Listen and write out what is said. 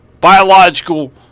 biological